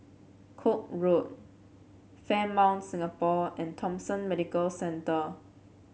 Koek Road Fairmont Singapore and Thomson Medical Centre